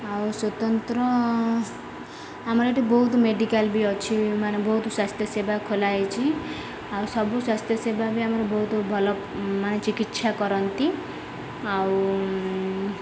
ଆଉ ସ୍ୱତନ୍ତ୍ର ଆମର ଏଠି ବହୁତ ମେଡ଼ିକାଲ୍ ବି ଅଛି ମାନେ ବହୁତ ସ୍ୱାସ୍ଥ୍ୟ ସେବା ଖୋଲା ହେଇଛିି ଆଉ ସବୁ ସ୍ୱାସ୍ଥ୍ୟ ସେବା ବି ଆମର ବହୁତ ଭଲ ମାନେ ଚିକିତ୍ସା କରନ୍ତି ଆଉ